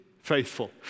faithful